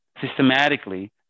systematically